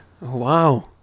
Wow